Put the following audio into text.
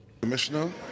Commissioner